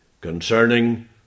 concerning